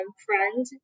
friend